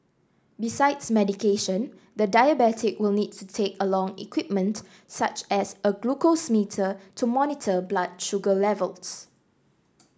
besides medication the diabetic will need to take along equipment such as a glucose meter to monitor blood sugar levels